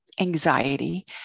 anxiety